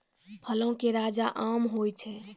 फलो के राजा आम होय छै